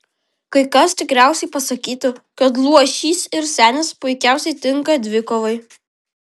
kai kas tikriausiai pasakytų kad luošys ir senis puikiausiai tinka dvikovai